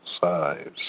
size